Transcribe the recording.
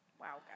Wow